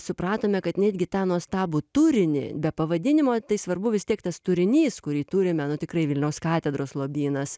supratome kad netgi tą nuostabų turinį be pavadinimo tai svarbu vis tiek tas turinys kurį turime nu tikrai vilniaus katedros lobynas